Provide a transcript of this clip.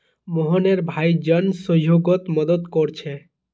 मोहनेर भाई जन सह्योगोत मदद कोरछे